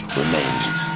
remains